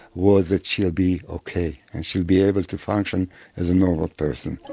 was that she'll be ok, and she'll be able to function as a normal person